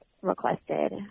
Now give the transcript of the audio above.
requested